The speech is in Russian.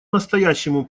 настоящему